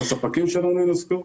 הספקים שלנו יינזקו,